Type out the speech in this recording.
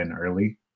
early